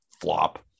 flop